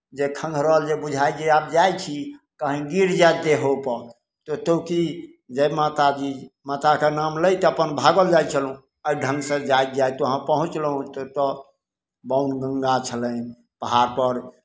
जे खँघरल जे बुझाय जे आब जाइ छी कहीँ गिर जायत देह उहपर ओतहु की जय माता दी माताके नाम लैत अपन भागल जाइ छलहुँ एहि ढङ्गसँ जाइत जाइत वहाँ पहुँचलहुँ तऽ ओतय बाण गङ्गा छलनि पहाड़पर